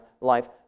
life